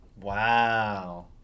Wow